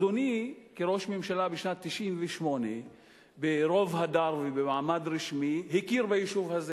אדוני כראש ממשלה בשנת 1998 ברוב הדר ובמעמד רשמי הכיר ביישוב הזה.